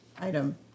item